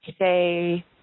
say